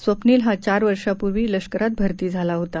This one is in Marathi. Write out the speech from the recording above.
स्वप्नील हा चार वर्षांपूर्वी लष्करात भरती झाला होता